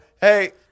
hey